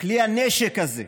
כלי הנשק הזה,